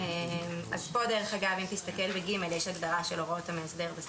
אם תסתכל, ב-(ג) יש הגדרה של הוראות המאסדר.